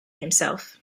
himself